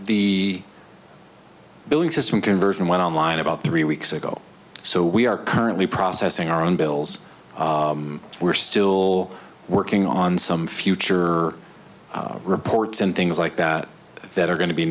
the billing system conversion went online about three weeks ago so we are currently processing our own bills we're still working on some future reports and things like that that are going to be